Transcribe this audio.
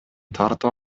тартып